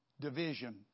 division